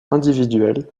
individuel